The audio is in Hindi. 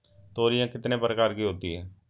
तोरियां कितने प्रकार की होती हैं?